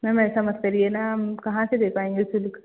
ma'am ऐसा मत करिए ना हम कहाँ से दे पाएंगे शुल्क